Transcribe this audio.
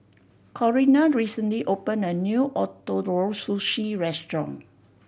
Corinna recently opened a new Ootoro Sushi Restaurant